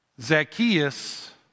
Zacchaeus